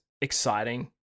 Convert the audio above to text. exciting